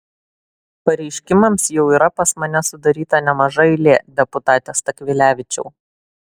pareiškimams jau yra pas mane sudaryta nemaža eilė deputate stakvilevičiau